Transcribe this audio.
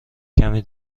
کمی